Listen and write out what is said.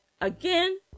again